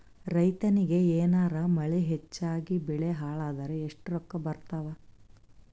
ರೈತನಿಗ ಏನಾರ ಮಳಿ ಹೆಚ್ಚಾಗಿಬೆಳಿ ಹಾಳಾದರ ಎಷ್ಟುರೊಕ್ಕಾ ಬರತ್ತಾವ?